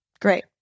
great